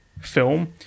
film